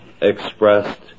expressed